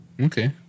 Okay